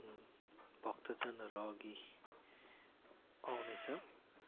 भक्तजनहरू अघि आउने छ